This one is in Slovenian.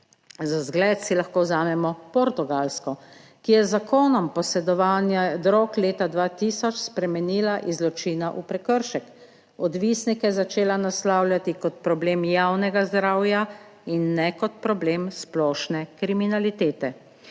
Za zgled si lahko vzamemo Portugalsko, ki je z zakonom posedovanja drog leta 2000 spremenila iz zločina v prekršek, odvisnike začela naslavljati kot problem javnega zdravja in ne kot problem splošne kriminalitete.